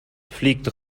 fliegt